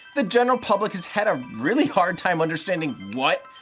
the general public has had a really hard time understanding what,